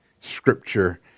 scripture